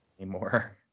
anymore